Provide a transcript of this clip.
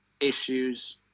issues